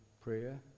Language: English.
prayer